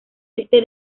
este